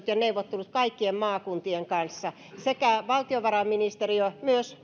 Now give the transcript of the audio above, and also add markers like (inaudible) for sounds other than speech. (unintelligible) ja neuvottelut kaikkien maakuntien kanssa valtiovarainministeriö myös